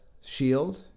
shield